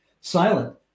silent